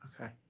Okay